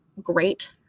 great